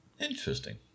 Interesting